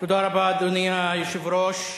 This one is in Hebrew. תודה רבה, אדוני היושב-ראש.